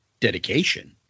dedication